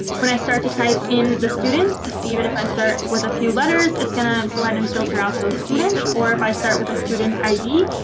when i start to type in the students, even if i start with a few letters, it's going to go ahead and filter out those students. if i start with a student id,